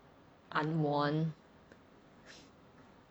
unworn